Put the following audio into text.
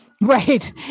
Right